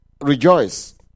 rejoice